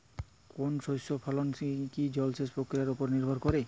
কোনো শস্যের ফলন কি জলসেচ প্রক্রিয়ার ওপর নির্ভর করে?